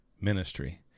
ministry